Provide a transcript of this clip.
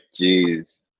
Jeez